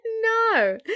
no